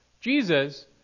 Jesus